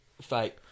fake